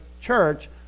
church